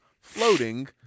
floating